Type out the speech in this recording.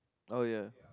oh ya